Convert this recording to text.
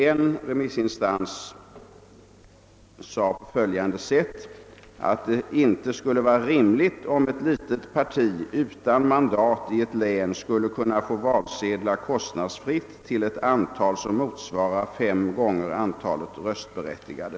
En remissinstans uttalade att det inte skulle vara rimligt om ett litet parti utan mandat i ett län skulle kunna få valsedlar kostnadsfritt till ett antal som motsvarar fem gånger antalet röstberättigade.